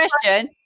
question